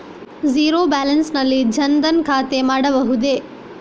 Zero balance ನಲ್ಲಿ ಜನ್ ಧನ್ ಖಾತೆ ಮಾಡಬಹುದೇ?